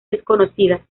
desconocida